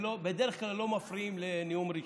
בדרך כלל לא מפריעים לנאום ראשון.